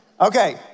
Okay